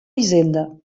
hisenda